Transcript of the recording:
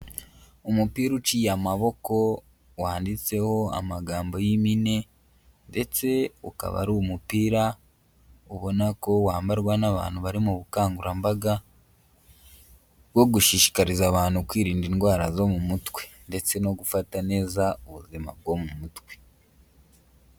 Umupira uciye amaboko wanditseho amagambo y'impine, ndetse ukaba ari umupira ubona ko wambarwa n'abantu bari mu bukangurambaga, bwo gushishikariza abantu kwirinda indwara zo mu mutwe, ndetse no gufata neza ubuzima bwo mu mutwe.